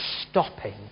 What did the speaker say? stopping